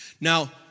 Now